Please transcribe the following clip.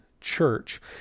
church